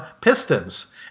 pistons